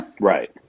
Right